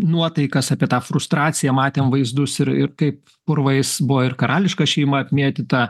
nuotaikas apie tą frustraciją matėm vaizdus ir ir kaip purvais buvo ir karališka šeima apmėtyta